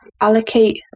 allocate